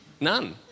None